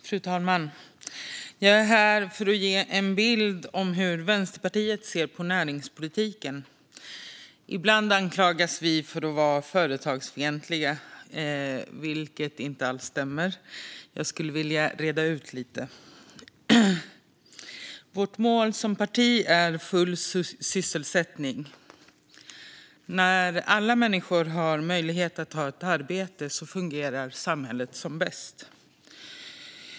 Fru talman! Jag är här för att ge en bild av hur Vänsterpartiet ser på näringspolitiken. Ibland anklagas vi för att vara företagsfientliga, vilket inte alls stämmer. Jag skulle vilja reda ut lite. Vårt mål som parti är full sysselsättning. När alla människor har möjlighet att ha ett arbete fungerar samhället som bäst.